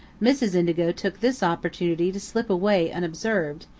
mrs. indigo took this opportunity to slip away unobserved,